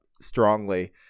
strongly